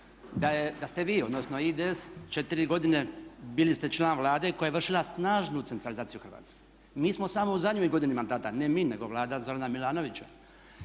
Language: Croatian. da ste vi, odnosno IDS četiri godine bili ste član Vlade koja je vršila snažnu centralizaciju Hrvatske. Mi smo samo u zadnjoj godini, ne mi, nego Vlada Zorana Milanovića